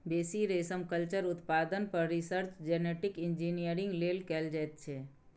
बेसी रेशमकल्चर उत्पादन पर रिसर्च जेनेटिक इंजीनियरिंग लेल कएल जाइत छै